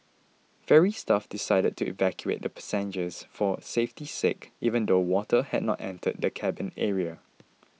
ferry staff decided to evacuate the passengers for safety's sake even though water had not entered the cabin area